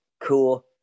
cool